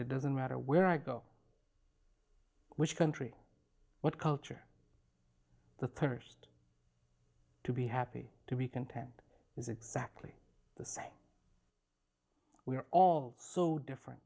it doesn't matter where i go which country what culture the cursed to be happy to be content is exactly the same we are all so different